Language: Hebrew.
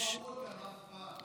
הם לא ראו אותה אף פעם,